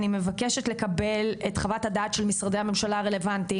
אני מבקשת לקבל את חוות הדעת של משרדי הממשלה הרלוונטיים,